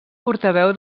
portaveu